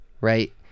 right